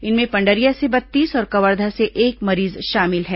इनमें पंडरिया से बत्तीस और कवर्धा से एक मरीज शामिल है